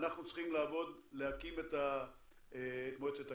אנחנו צריכים להקים את מועצת הקרן.